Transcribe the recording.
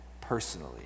personally